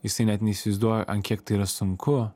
jisai net neįsivaizduoja ant kiek tai yra sunku